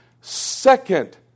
second